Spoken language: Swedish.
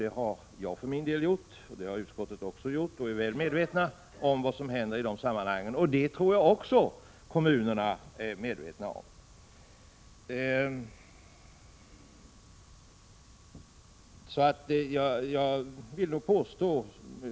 Det har jag och även utskottet gjort, och vi är väl medvetna om vad som händer i dessa sammanhang. Jag tror att kommunerna också är medvetna om detta.